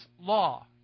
law